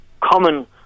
common